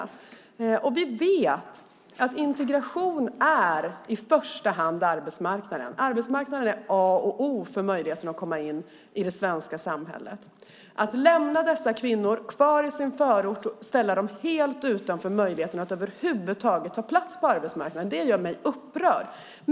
Vi vet att integration i första hand handlar om arbetsmarknaden. Arbetsmarknaden är A och O för möjligheten att komma in i det svenska samhället. Att man lämnar dessa kvinnor kvar i sin förort och ställer dem helt utanför möjligheten att över huvud taget ta plats på arbetsmarknaden gör mig upprörd.